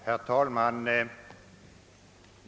Herr talman!